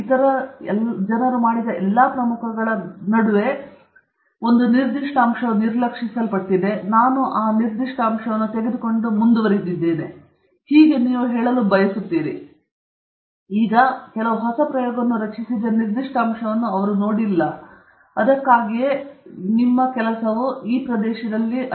ಇತರ ಜನರು ಮಾಡಿದ ಎಲ್ಲಾ ಪ್ರಮುಖ ಕೆಲಸಗಳ ನಡುವೆ ಒಂದು ನಿರ್ದಿಷ್ಟ ಅಂಶವು ನಿರ್ಲಕ್ಷಿಸಲ್ಪಟ್ಟಿದೆ ಹೇಗಾದರೂ ನೀವು ಈಗ ಕೆಲವು ಹೊಸ ಸಂತೋಷವನ್ನು ಪ್ರಯೋಗವನ್ನು ರಚಿಸಿದ ನಿರ್ದಿಷ್ಟ ಅಂಶವನ್ನು ಅವರು ನೋಡಿಲ್ಲ ಮತ್ತು ಅದಕ್ಕಾಗಿಯೇ ನಿಮ್ಮ ಕೆಲಸವು ಆ ಪ್ರದೇಶದಲ್ಲಿದೆ